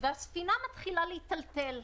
והספינה מתחילה להיטלטל.